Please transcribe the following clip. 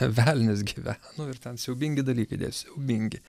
velnias gyven ir ten siaubingi dalykai dėjosi siaubingi